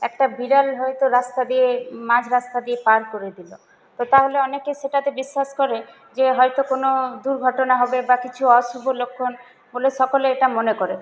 একটা বিড়াল হয়তো রাস্তা দিয়ে মাঝ রাস্তা দিয়ে পার করে দিল তো তাহলে অনেকে সেটাকে বিশ্বাস করে যে হয়তো কোনো দুর্ঘটনা হবে বা কিছু অশুভ লক্ষণ বলে সকলে এটা মনে করে